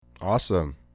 Awesome